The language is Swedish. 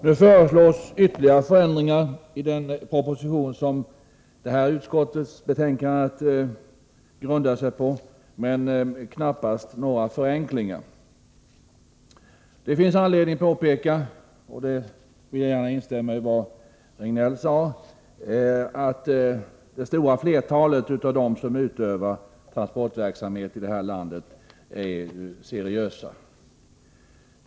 Nu föreslås ytterligare förändringar i den proposition som detta utskottsbetänkande grundar sig på, men förändringarna innebär knappast några förenklingar. Det finns anledning påpeka, och på denna punkt vill jag gärna instämma i vad Riegnell sade, att det stora flertalet av dem som utövar transportverksamhet i det här landet, är seriösa.